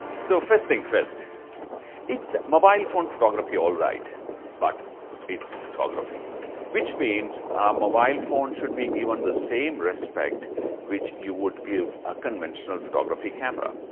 so, first thing first its mobile phone photography all right but it's photography which means a mobile phone should be given the same respect which you would give a conventional photography camera.